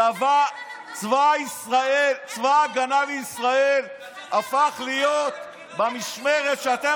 צבא ההגנה לישראל הפך להיות במשמרת שלכם